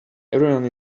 everyone